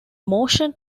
motion